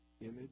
image